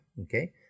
Okay